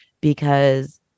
because-